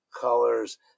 colors